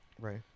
Right